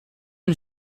une